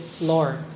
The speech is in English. Lord